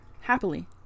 Happily